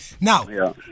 Now